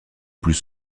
plus